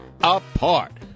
apart